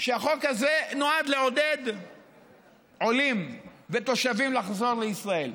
שהחוק הזה נועד לעודד עולים ותושבים לחזור לישראל.